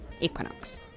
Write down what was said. equinox